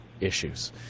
issues